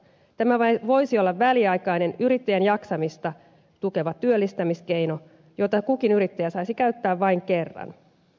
tämä voisi olla väliaikainen yrittäjän jaksamista tukeva työllistämiskeino jota kukin yrittäjä saisi käyttää vain kerran